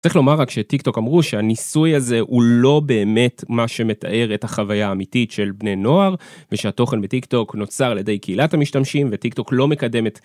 צריך לומר רק שטיק טוק אמרו שהניסוי הזה הוא לא באמת מה שמתאר את החוויה האמיתית של בני נוער ושהתוכן בטיק טוק נוצר על ידי קהילת המשתמשים וטיק טוק לא מקדמת.